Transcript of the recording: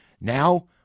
Now